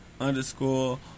underscore